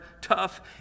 tough